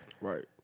Right